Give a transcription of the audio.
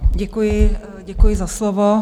Děkuji, děkuji za slovo.